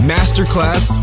Masterclass